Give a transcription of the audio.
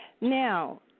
Now